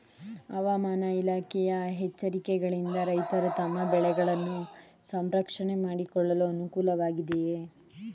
ಹವಾಮಾನ ಇಲಾಖೆಯ ಎಚ್ಚರಿಕೆಗಳಿಂದ ರೈತರು ತಮ್ಮ ಬೆಳೆಗಳನ್ನು ಸಂರಕ್ಷಣೆ ಮಾಡಿಕೊಳ್ಳಲು ಅನುಕೂಲ ವಾಗಿದೆಯೇ?